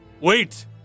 Wait